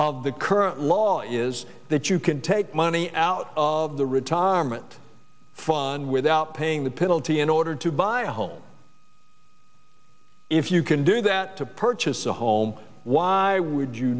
of the current law is that you can take money out of the retirement fund without paying the penalty in order to buy a home if you can do that to purchase a home why would you